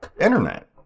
Internet